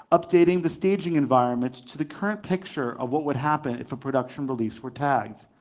updating the staging environment to the current picture of what would happen if a production release were tagged.